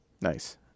Nice